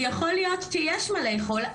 ויכול להיות שיש מה לאכול,